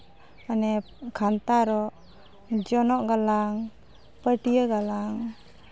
ᱢᱟᱱᱮ ᱠᱟᱱᱛᱷᱟ ᱨᱚᱜ ᱡᱚᱱᱚᱜ ᱜᱟᱞᱟᱝ ᱯᱟᱹᱴᱤᱭᱟᱹ ᱜᱟᱞᱟᱝ